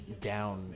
Down